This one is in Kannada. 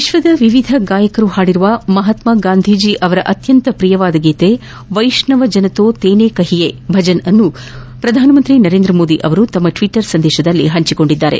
ವಿಶ್ವದ ವಿವಿಧ ಗಾಯಕರು ಪಾಡಿರುವ ಮಹಾತ್ಮಾ ಗಾಂಧೀಜಿ ಅವರ ಅತ್ಯಂತ ಪ್ರಿಯಗೀತೆ ವೈಷ್ಣವ ಜನತೊ ತೇನೇ ಕಹಿಯೇ ಭಜನ್ ಅನ್ನು ಪ್ರಧಾನಮಂತ್ರಿ ನರೇಂದ್ರ ಮೋದಿ ತಮ್ಮ ಟ್ವಿಟರ್ ಸಂದೇಶದಲ್ಲಿ ಹಂಚಿಕೊಂಡಿದ್ದಾರೆ